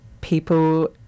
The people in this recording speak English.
people